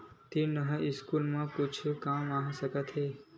ऋण ह स्कूल मा कुछु काम आ सकत हे?